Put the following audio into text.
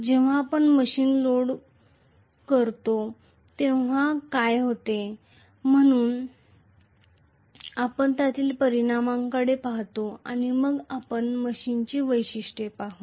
जेव्हा आपण machine load होते तेव्हा काय होते म्हणून आपण त्यातील परिणामांकडे पहातो आणि मग आपण मशीनची वैशिष्ट्ये पाहू